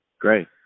Great